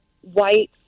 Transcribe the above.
white